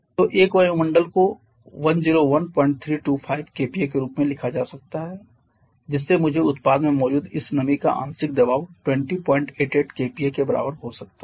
तो 1 वायुमंडल को 101325 kPa के रूप में लिखा जा सकता है जिससे मुझे उत्पाद में मौजूद इस नमी का आंशिक दबाव 2088 kPa के बराबर हो सकता है